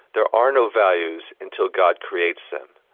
there are no values, until god creates them.